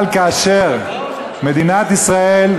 אבל כאשר מדינת ישראל,